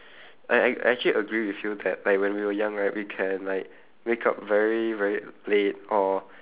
I I I actually agree with you that like when we were young right we can like wake up very very late or